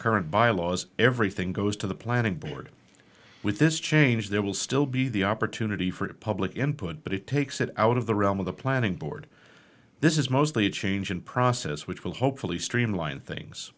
current bylaws everything goes to the planning board with this change there will still be the opportunity for a public input but it takes it out of the realm of the planning board this is mostly a change in process which will hopefully streamline things